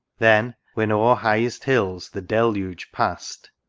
then, when o'er highest hills the deluge past?